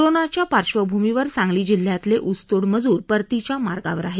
कोरोनाचा पार्श्वभूमीवर सांगली जिल्ह्यातले उसतोड मजूर परतीच्या मार्गावर आहेत